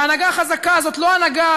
והנהגה חזקה זאת לא הנהגה,